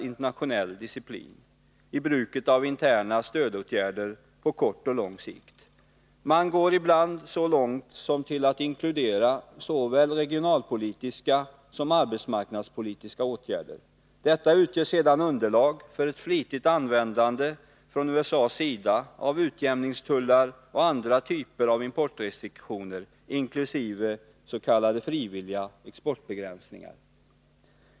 internationell disciplin när det gäller bruket av interna stödåtgärder på kort och lång sikt. Man går ibland så långt som till att inkludera såväl regionalpolitiska som arbetsmarknadspolitiska åtgärder. Detta utgör sedan från USA:s sida underlag för ett flitigt användande av utjämningstullar och andra typer av importrestriktioner, inkl. s.k. frivilliga exportbegränsningar.